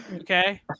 Okay